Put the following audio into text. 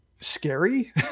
scary